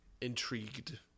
intrigued